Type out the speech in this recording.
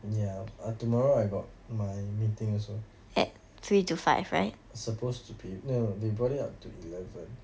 ya uh tomorrow I got my meeting also supposed to be no they brought it up to eleven